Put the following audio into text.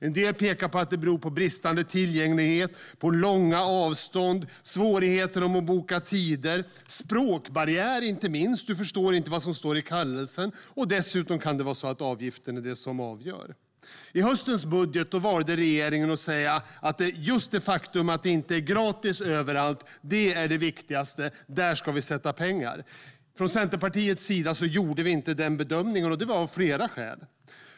En del pekar på att det beror på bristande tillgänglighet, långa avstånd, svårighet att boka tider och inte minst språkbarriären - man förstår inte vad som står i kallelsen. Dessutom kan avgiften vara avgörande. I höstens budget valde regeringen att säga att det faktum att det inte är gratis överallt är det viktigaste, så där går man in med pengar. Centerpartiet gjorde inte denna bedömning av flera skäl.